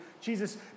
Jesus